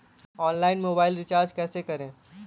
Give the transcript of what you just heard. Online mobile recharge कैसे करें?